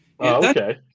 okay